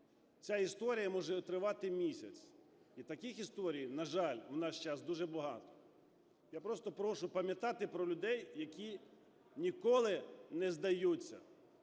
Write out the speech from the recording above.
ця історія може тривати місяць. І таких історій, на жаль, в наш час дуже багато. Я просто прошу пам'ятати про людей, які ніколи не здаються